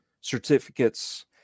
certificates